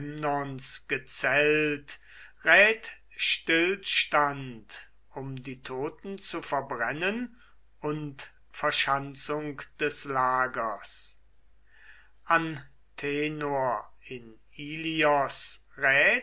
gezelt rät stillstand um die toten zu verbrennen und verschanzung des lagers antenor in ilios